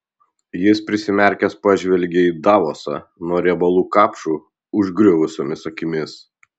jis prisimerkęs pažvelgė į davosą nuo riebalų kapšų užgriuvusiomis akimis